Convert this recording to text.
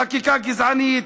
חקיקה גזענית,